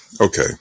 okay